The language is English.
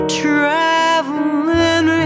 traveling